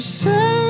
say